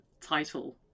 title